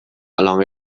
along